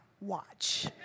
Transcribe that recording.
watch